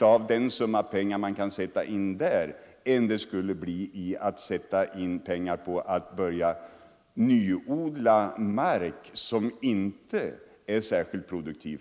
av den summa pengar man kan sätta in där än om man använder pengarna på mark som inte är särskilt produktiv.